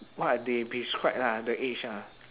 what they prescribe lah the age lah